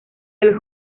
del